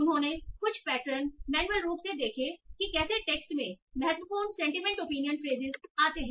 उन्होंने कुछ pattern manual रूप से देखे कि कैसे टेक्स्ट में महत्वपूर्ण सेंटीमेंट ओपिनियन फ्रेसिस आते हैं